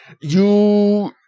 you-